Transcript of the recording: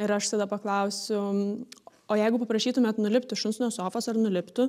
ir aš tada paklausiu o jeigu paprašytumėt nulipti šuns nuo sofos ar nuliptų